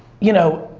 you know,